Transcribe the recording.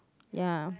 ya